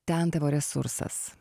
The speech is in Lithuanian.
ten tavo resursas